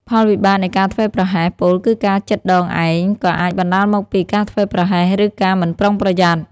ផលវិបាកនៃការធ្វេសប្រហែស ពោលគឺការចិតដងឯង ក៏អាចបណ្ដាលមកពី ការធ្វេសប្រហែស ឬ ការមិនប្រុងប្រយ័ត្ន។